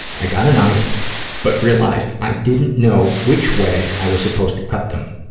i got a knife but realized i didn't know which way i was supposed to cut them.